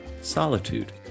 solitude